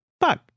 fuck